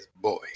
Boy